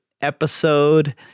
episode